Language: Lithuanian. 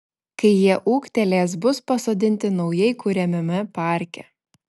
kai jie ūgtelės bus pasodinti naujai kuriamame parke